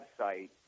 website